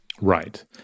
Right